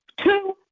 Two